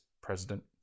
president